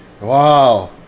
wow